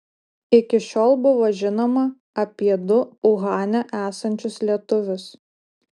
iki šiol buvo žinoma apie du uhane esančius lietuvius